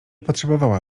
potrzebowała